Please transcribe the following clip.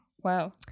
Wow